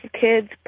kid's